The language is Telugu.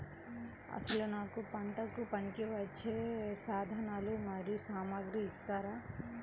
అసలు నాకు పంటకు పనికివచ్చే సాధనాలు మరియు సామగ్రిని ఇస్తారా?